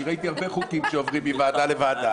כי ראיתי הרבה חוקים שעוברים מוועדה לוועדה.